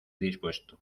dispuesto